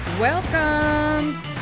welcome